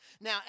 Now